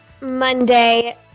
Monday